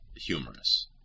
humorous